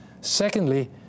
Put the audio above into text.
Secondly